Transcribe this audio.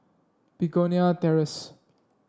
Begonia Terrace